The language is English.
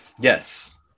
Yes